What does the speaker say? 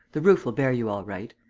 the roof'll bear you all right.